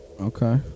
Okay